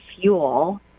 fuel